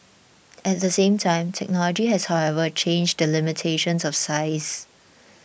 at the same time technology has however changed the limitations of size